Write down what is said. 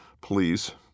Please